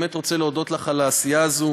ואני באמת רוצה להודות לך על העשייה הזאת.